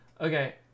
Okay